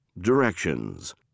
Directions